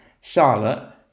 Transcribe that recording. charlotte